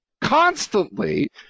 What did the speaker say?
constantly